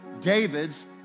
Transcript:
David's